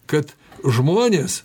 kad žmonės